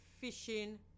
fishing